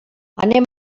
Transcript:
anem